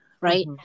right